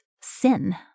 sin